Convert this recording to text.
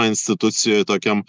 institucijoj tokiam